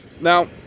Now